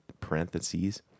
parentheses